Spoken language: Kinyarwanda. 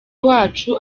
wacu